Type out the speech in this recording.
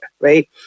right